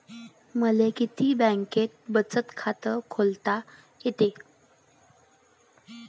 मले किती बँकेत बचत खात खोलता येते?